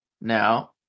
Now